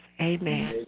Amen